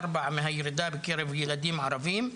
2.4 מהירידה בקרב ילדים ערבים,